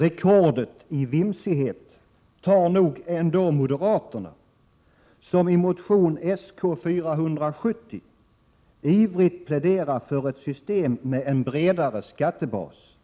Rekordet i vimsighet tar nog ändå moderaterna, som i motion Sk470 ivrigt pläderar för ett system med en bredare skattebas,